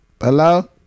Hello